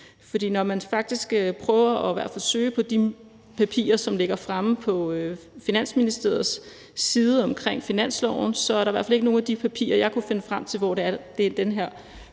For når man prøver at søge i de papirer, der ligger fremme på Finansministeriets side om finansloven, er der i hvert fald ikke nogen af de papirer, jeg kunne finde frem til, hvor den her